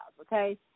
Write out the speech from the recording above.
okay